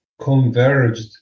converged